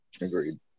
Agreed